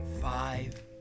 Five